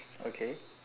okay